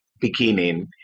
beginning